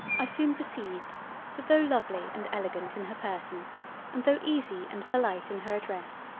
i soon perceived that tho' lovely and elegant in her person and tho' easy and polite in her address,